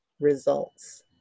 results